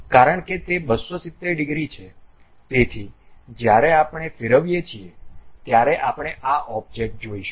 કારણ કે તે 270 ડિગ્રી છે તેથી જ્યારે આપણે ફેરવીએ છીએ ત્યારે આપણે આ ઓબ્જેક્ટ જોશું